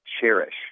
cherish